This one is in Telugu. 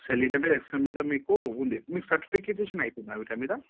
సెలీడం ఎస్క్యూఎల్ మీద మీకు ఉంది మీకు సర్టిఫికేషన్ అయిపోయిందా వీటి మీద